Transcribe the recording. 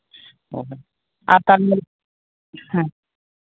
ᱚᱻ ᱟᱨ ᱛᱟᱦᱚᱞᱮ ᱦᱮᱸ